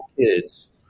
kids